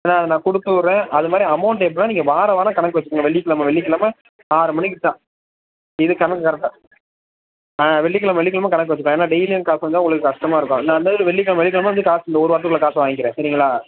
ஆ அத நான் கொடுத்து விட்றேன் அது மாதிரி அமௌண்ட் எப்படினா நீங்கள் வாரம் வாரம் கணக்கு வச்சுக்குங்க வெள்ளிக்கெழம வெள்ளிக்கெழம ஆறு மணிக்கு டா இது கணக்கு கரெக்டாக வெள்ளிக்கெழம வெள்ளிக்கெழம கணக்கு வெச்சுக்கலாம் ஏன்னால் டெய்லியும் காசு வந்து உங்களுக்கு கஷ்டமா இருக்கும் நான் வந்து வெள்ளிக்கெழம வெள்ளிக்கெழம வந்து காசு இந்த ஒரு வாரத்துக்குள்ளே காசை வாங்கிக்கிறேன் சரிங்களா